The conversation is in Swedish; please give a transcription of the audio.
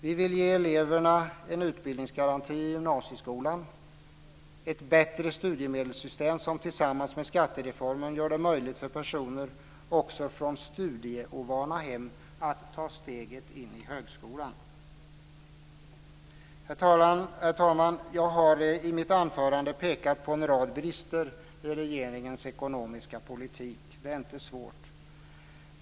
Vi vill ge eleverna en utbildningsgaranti i gymnasieskolan och ett bättre studiemedelssystem som tillsammans med skattereformen gör det möjligt för personer också från studieovana hem att ta steget in i högskolan. Herr talman! Jag har i mitt anförande pekat på en rad brister i regeringens ekonomiska politik. Det är inte svårt.